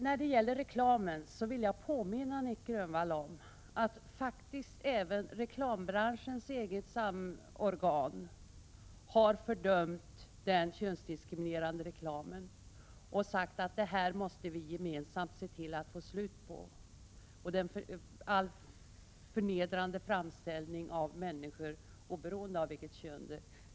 När det gäller reklamen vill jag påminna Nic Grönvall om att även reklambranschens eget samorgan faktiskt har fördömt den könsdiskriminerande reklamen och sagt att vi gemensamt måste se till att det blir ett slut på sådan här förnedrande framställning av människor — det gäller oberoende av kön.